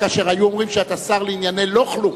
היו אומרים שאתה השר לענייני לא כלום.